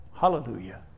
Hallelujah